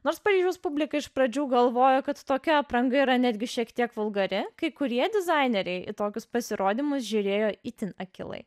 nors paryžiaus publika iš pradžių galvojo kad tokia apranga yra netgi šiek tiek vulgari kai kurie dizaineriai į tokius pasirodymus žiūrėjo itin akylai